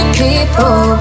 people